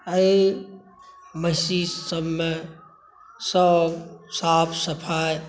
एहि महिषी सबमे सब साफ सफाइ